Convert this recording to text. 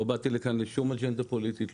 לא באתי לכאן בשביל שום אג'נדה פוליטית,